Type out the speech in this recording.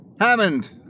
Hammond